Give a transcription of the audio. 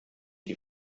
die